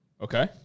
Okay